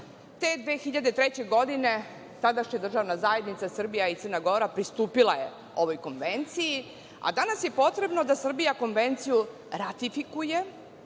Te 2003. godine, tadašnja Državna zajednica Srbija i Crna Gora pristupila je ovoj konvenciji, a danas je potrebno da Srbija konvenciju ratifikuje,